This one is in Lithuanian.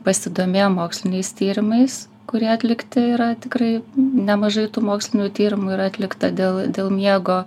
pasidomėję moksliniais tyrimais kurį atlikti yra tikrai nemažai tų mokslinių tyrimų yra atlikta dėl dėl miego